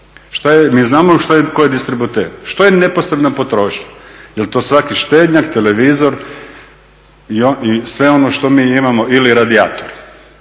Mi znamo šta je, tko je distributer. Što je neposredna potrošnja? Jel' to svaki štednjak, televizor i sve ono što mi imamo ili radijator,